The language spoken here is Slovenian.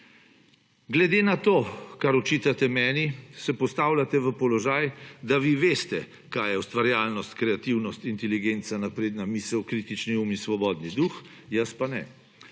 Glede na to, kar očitate meni, se postavljate v položaj, da vi veste, kaj je ustvarjalnost, kreativnost, inteligenca, napredna misel, kritični um in svobodni duh, jaz pa ne.